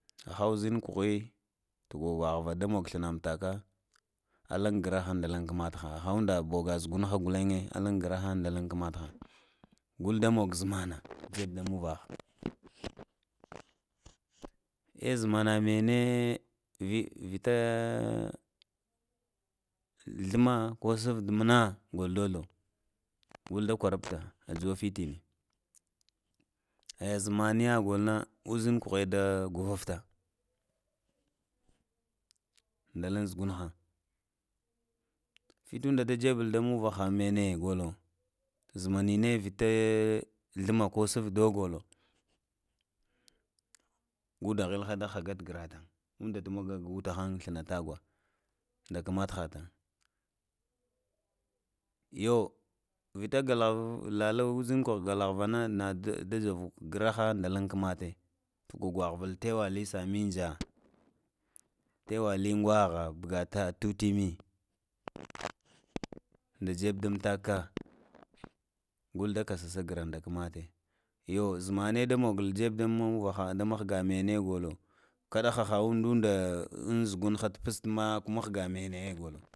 Aha uzhin kawhe ta gwagwava da mun mtaka, ala graha nda alən graraha kman t han hoka zugun ha guten alan graha nda alun kmathan. gulda mog zmana jeb nda muvaha, e zmana mene vi vitaa thluma ko svde gul ta kwa rufta ka juwa gtini e vmanniga golo na gzən kuwhe nɗa gwavuvta nda lun zugunha fitunda nda jebal uvaha mene golo zmanine vite slima ko svdo golo ka da whelha da hak grantan unda ta magu thli na tagwa nda kmatha tan yo vita glahva uzhinka glahvana na nda da javu graha nda lan kamathan ta gwahvul tawa lan samunja, tawalan ngwaha, pugata tutimi nda jebun mtaka gul nda kasahva gra nde kinate, yo zmane da mogo jebun uvaha me ne gothlo kdla aha ududa uazu gan ha ta pus magwa mahga mene golo